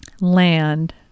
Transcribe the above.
land